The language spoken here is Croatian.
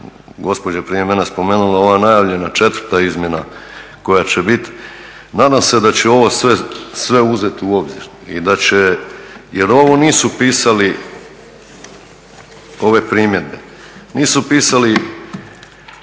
gospođa prije mene spomenula ova najavljena četvrta izmjena koja će bit, nadam se da će ovo sve uzeti u obzir i da će. Jer ovo nisu pisali, ove primjedbe nisu pisali